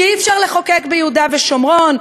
שאי-אפשר לחוקק ביהודה ושומרון,